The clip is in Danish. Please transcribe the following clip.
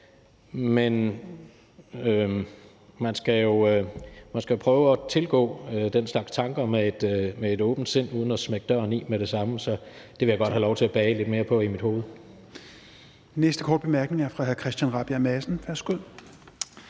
men man skal jo prøve at tilgå den slags tanker med et åbent sind uden at smække døren i med det samme, så det vil jeg godt have lov til at bage lidt mere på i mit hoved.